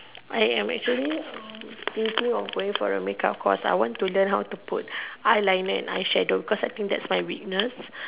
I'm actually thinking of going for a makeup course I want to learn how to put eyeliner and eye shadow because I think that's my weakness